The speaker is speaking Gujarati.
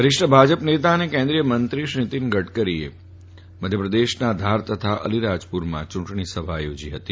વરિષ્ઠ ભાજપ નેતા અને કેન્દ્રીય મંત્રી નીતિન ગડકરીએ મધ્યપ્રદેશના ધાર તથા અલીરાજપુરમાં ચૂંટણી જાફેરસભા યોજી ફતી